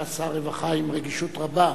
שהיה שר הרווחה עם רגישות רבה,